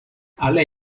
ale